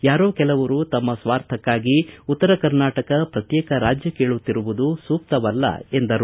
ಯಾರೋ ಕೆಲವರು ತಮ್ಮ ಸ್ವಾರ್ಥಕ್ಕಾಗಿ ಉತ್ತರ ಕರ್ನಾಟಕ ಪ್ರತ್ಯೇಕ ರಾಜ್ಯ ಕೇಳುತ್ತಿರುವುದು ಸೂಕ್ತವಲ್ಲ ಎಂದರು